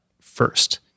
first